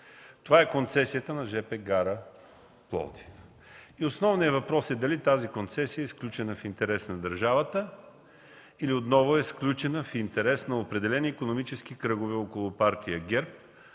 Това е концесията на жп гара Пловдив. Основният въпрос е дали тя е сключена в интерес на държавата, или отново е сключена в интерес на определени икономически кръгове около Партия ГЕРБ,